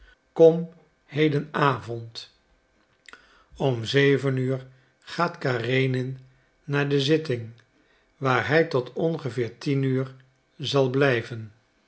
kom heden avond om zeven uur gaat karenin naar de zitting waar hij tot ongeveer tien uur zal blijven